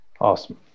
Awesome